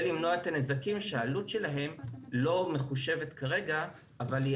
למנוע את הנזקים שהעלות שלהם לא מחושבת כרגע אבל היא